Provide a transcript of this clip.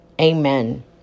amen